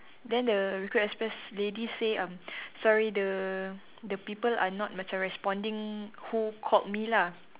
then the recruit express lady say um sorry the the people are not macam responding who called me lah